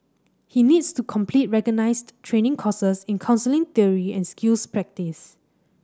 he needs to complete recognised training courses in counselling theory and skills practice